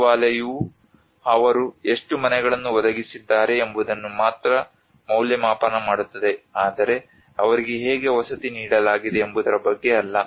ಸಚಿವಾಲಯವು ಅವರು ಎಷ್ಟು ಮನೆಗಳನ್ನು ಒದಗಿಸಿದ್ದಾರೆ ಎಂಬುದನ್ನು ಮಾತ್ರ ಮೌಲ್ಯಮಾಪನ ಮಾಡುತ್ತದೆ ಆದರೆ ಅವರಿಗೆ ಹೇಗೆ ವಸತಿ ನೀಡಲಾಗಿದೆ ಎಂಬುದರ ಬಗ್ಗೆ ಅಲ್ಲ